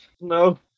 No